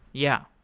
yeah.